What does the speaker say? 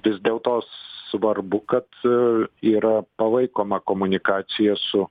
vis dėlto svarbu kad yra palaikoma komunikacija su